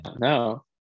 no